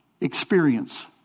experience